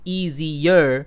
easier